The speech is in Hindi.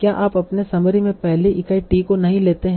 क्या आप अपने समरी में पहली इकाई t को नहीं लेते हैं